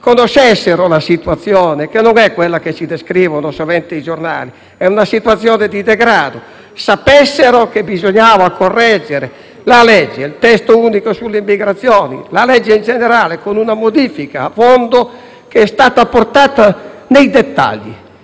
conoscessero la situazione, che non è quella che ci descrivono sovente i giornali, ma è una situazione di degrado, e sapessero che bisognava correggere la legge, il testo unico sull'immigrazione, la legge generale con una modifica a fondo che è stata apportata nei dettagli.